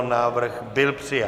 Návrh byl přijat.